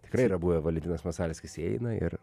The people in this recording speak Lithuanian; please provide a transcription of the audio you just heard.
tikrai yra buvę valentinas masalskis įeina ir